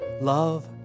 Love